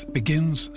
begins